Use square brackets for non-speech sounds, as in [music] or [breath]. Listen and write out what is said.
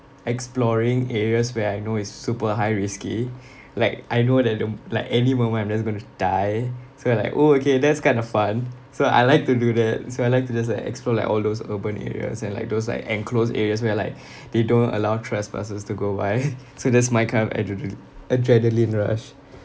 exploring areas where I know is super high risky like I know that the like any moment I'm just going to die so like oh okay that's kind of fun so I like to do that so I like to just like explore like all those urban areas and like those like enclosed areas where like [breath] they don't allow trespassers to go by [laughs] so that's my kind of adrenali~ adrenaline rush